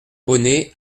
bonnet